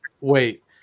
wait